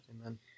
Amen